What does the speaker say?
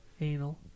anal